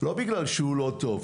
לא בגלל שהוא לא טוב,